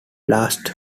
last